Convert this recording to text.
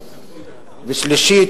שלישית,